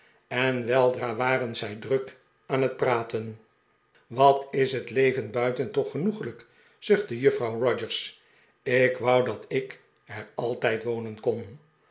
en weldra waren zij druk aan het praten wat is het leven buiten toch genoeglijk zuchtte juffrouw rogers ik wou dat ik er altijd wonen kon